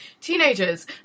teenagers